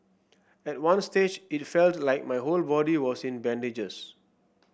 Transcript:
at one stage it felt like my whole body was in bandages